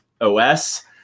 OS